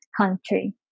country